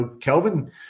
Kelvin